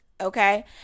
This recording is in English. okay